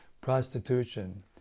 prostitution